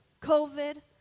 COVID